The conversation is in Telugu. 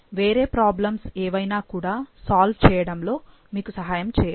వేరే ప్రాబ్లమ్స్ ఏవైనా కూడా సాల్వ్ చేయడం లో మీకు సహాయం చేయొచ్చు